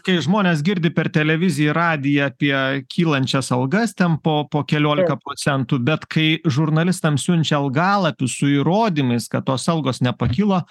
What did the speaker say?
kai žmonės girdi per televiziją ir radiją apie kylančias algas ten po po keliolika procentų bet kai žurnalistam siunčia algalapius su įrodymais kad tos algos nepakilo